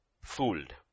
fooled